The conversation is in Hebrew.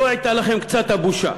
לו הייתה לכם קצת בושה